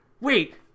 wait